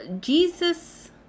Jesus